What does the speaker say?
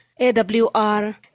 AWR